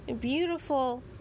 beautiful